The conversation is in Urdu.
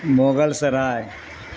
مغل سرائے